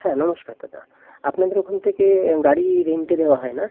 হ্যাঁ নমস্কার দাদা আপনাদের ওখান থেকে গাড়ি রেন্টে দেওয়া হয় না